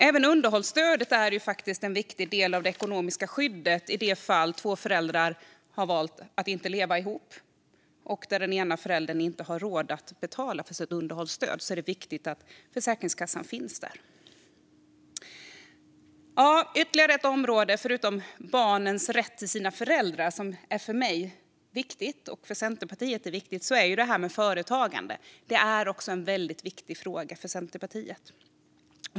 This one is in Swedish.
Även underhållsstödet är en viktig del av det ekonomiska skyddet då två föräldrar har valt att inte leva ihop och den ena föräldern inte har råd att betala underhållsstöd. Då är det viktigt att Försäkringskassan finns där. Ytterligare ett område, förutom barnens rätt till sina föräldrar, som är viktigt för mig och Centerpartiet är detta med företagande. Det är också en väldigt viktig fråga för Centerpartiet.